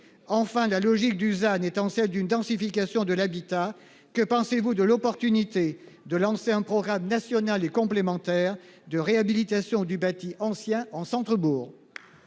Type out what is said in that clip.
Enfin la logique Dusan étant celle d'une densification de l'habitat. Que pensez-vous de l'opportunité de lancer un programme national et complémentaire de réhabilitation du bâti ancien en centre-bourg.